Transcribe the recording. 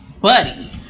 buddy